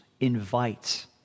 invites